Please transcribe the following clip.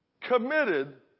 committed